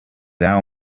our